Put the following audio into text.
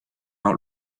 out